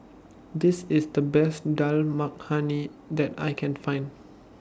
This IS The Best Dal Makhani that I Can Find